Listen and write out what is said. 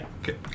Okay